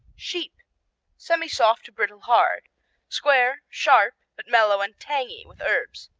sheep semisoft to brittle hard square sharp but mellow and tangy with herbs.